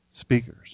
speakers